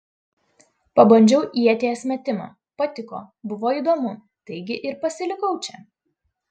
pabandžiau ieties metimą patiko buvo įdomu taigi ir pasilikau čia